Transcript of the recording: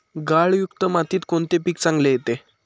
गाळयुक्त मातीत कोणते पीक चांगले येते?